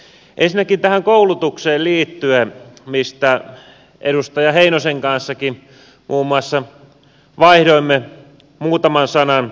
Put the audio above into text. ensinnäkin tähän koulutukseen liittyen mistä muun muassa edustaja heinosenkin kanssa vaihdoimme muutaman sanan